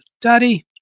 daddy